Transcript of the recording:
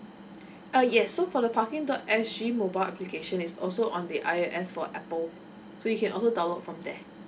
uh yes so for the parking dot S G mobile application is also on the I_O_S for the apple so you can also download from there